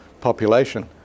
population